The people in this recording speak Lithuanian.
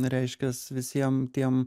reiškias visiem tiem